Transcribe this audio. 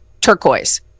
Turquoise